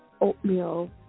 oatmeal